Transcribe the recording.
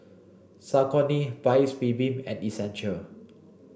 Saucony Paik's Bibim and Essential